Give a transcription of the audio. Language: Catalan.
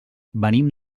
venim